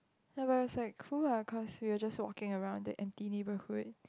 ya but it's like cool lah cause we were just walking around the empty neighbourhood